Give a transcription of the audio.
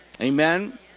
Amen